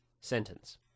sentence